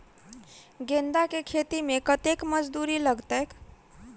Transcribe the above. गेंदा केँ खेती मे कतेक मजदूरी लगतैक?